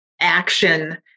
action